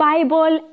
Bible